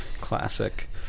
Classic